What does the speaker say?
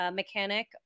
mechanic